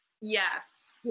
yes